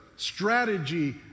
strategy